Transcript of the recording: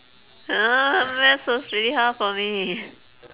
maths was really hard for me